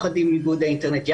יחד עם איגוד האינטרנט,